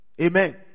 Amen